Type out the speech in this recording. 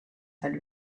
had